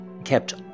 kept